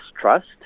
trust